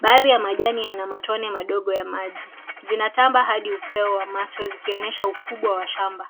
Baadhi ya majani yana matone madogo ya maji. Zinatamba hadi upeo wa macho zikionyesha ukubwa wa shamba.